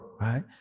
right